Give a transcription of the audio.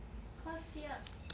cause sit ups